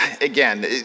Again